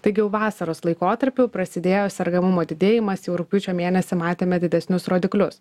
taigi jau vasaros laikotarpiu prasidėjo sergamumo didėjimas jau rugpjūčio mėnesį matėme didesnius rodiklius